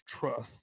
trust